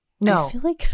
No